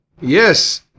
Yes